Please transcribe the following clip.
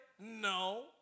No